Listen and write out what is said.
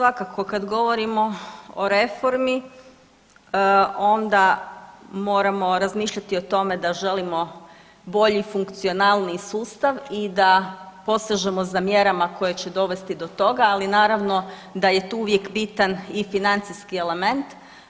Pa svakako kad govorimo o reformi onda moramo razmišljati o tome da želimo bolji, funkcionalniji sustav i da posežemo za mjerama koje će dovesti do toga, ali naravno da je i tu uvijek bitan i financijski element.